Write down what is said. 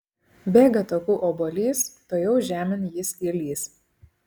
bėga taku obuolys tuojau žemėn jis įlįs